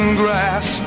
grass